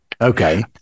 okay